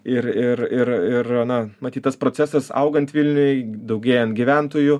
ir ir ir ir na matyt tas procesas augant vilniui daugėjant gyventojų